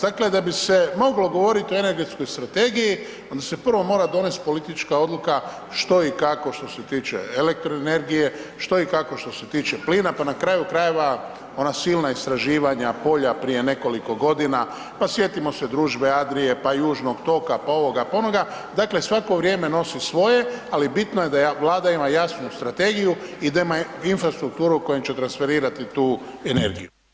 Dakle, da bi se moglo govorit o energetskoj strategiji onda se prvo mora donest politička odluka što i kako što se tiče elektroenergije, što i kako što se tiče plina, pa na kraju krajeva ona silna istraživanja, polja prije nekoliko godina, pa sjetimo se družbe Adrie, pa južnog toka, pa ovoga, pa onoga, dakle svako vrijeme nosi svoje, ali bitno je da Vlada ima jasnu strategiju i da ima infrastrukturu kojom će transferirati tu energiju.